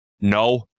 No